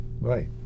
Right